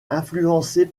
influencés